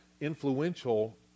influential